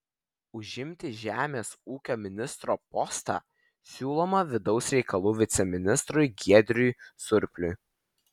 užimti žemės ūkio ministro postą siūloma vidaus reikalų viceministrui giedriui surpliui